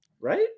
right